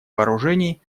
вооружений